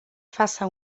faça